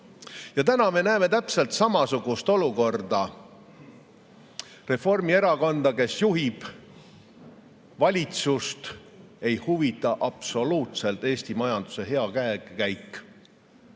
praegu me näeme täpselt samasugust olukorda. Reformierakonda, kes juhib valitsust, ei huvita absoluutselt Eesti majanduse hea käekäik.